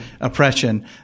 oppression